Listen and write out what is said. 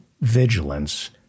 vigilance